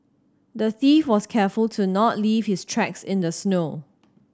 the thief was careful to not leave his tracks in the snow